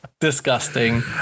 Disgusting